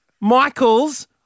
Michael's